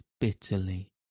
bitterly